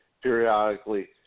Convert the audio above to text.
periodically